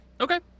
Okay